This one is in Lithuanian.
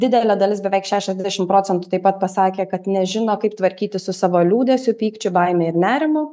didelė dalis beveik šešiasdešim procentų taip pat pasakė kad nežino kaip tvarkytis su savo liūdesiu pykčiu baime ir nerimu